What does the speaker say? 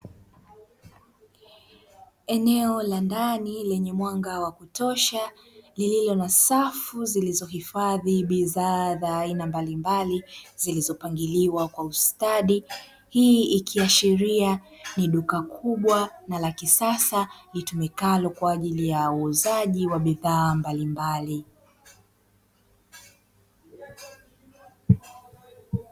Eneo la ndani lenye mwanga wa kutosha, lililo na safu zilizohifadhi bidhaa za aina mbalimbali zilizopangiliwa kwa ustadi. Hii ikiashiria ni duka kubwa na la kisasa litumikalo kwa ajili ya uuzaji wa bidhaa mbalimbali.